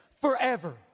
forever